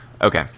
okay